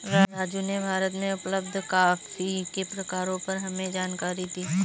राजू ने भारत में उपलब्ध कॉफी के प्रकारों पर हमें जानकारी दी